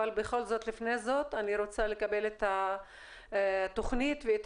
אבל בכל זאת לפני זה אני רוצה לקבל את התוכנית ואת